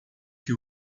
que